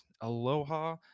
aloha